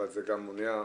אבל זה גם מונע?